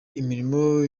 imirimo